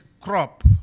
crop